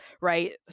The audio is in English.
right